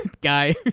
guy